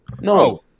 No